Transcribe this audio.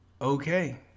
Okay